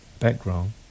background